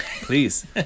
Please